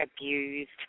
abused